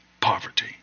poverty